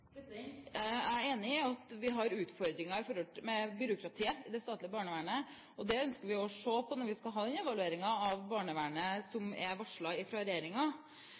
Jeg er enig i at vi har utfordringer med byråkratiet i det statlige barnevernet, og det ønsker vi å se på når vi skal ha den evalueringen av barnevernet som er